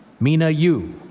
meena yoo.